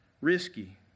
Risky